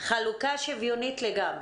חלוקה שוויונית לגמרי.